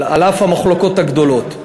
על אף המחלוקות הגדולות.